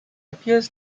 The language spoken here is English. appears